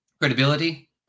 credibility